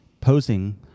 posing